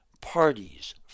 parties